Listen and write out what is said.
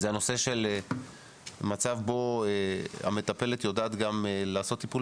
הנושא של מצב שבו המטפלת יודעת גם לעשות טיפול